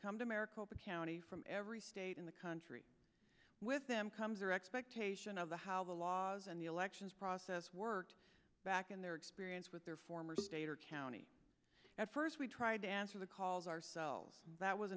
come to america county from every state in the country with them comes your expectation of the how the laws and the elections process worked back in their experience with their former state or county at first we tried to answer the calls ourselves that was